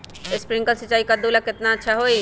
Sprinkler सिंचाई कददु ला केतना अच्छा होई?